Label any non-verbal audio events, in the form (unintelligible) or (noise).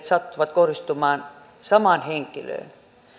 (unintelligible) sattuvat kohdistumaan samaan henkilöön